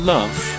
Love